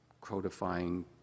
codifying